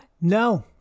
No